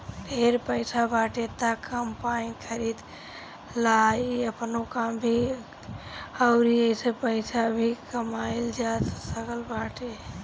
ढेर पईसा बाटे त कम्पाईन खरीद लअ इ आपनो काम दी अउरी एसे पईसा भी कमाइल जा सकत बाटे